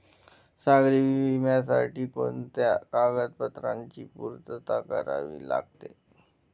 सागरी विम्यासाठी कोणत्या कागदपत्रांची पूर्तता करावी लागते?